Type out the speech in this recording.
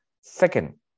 Second